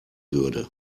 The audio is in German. würde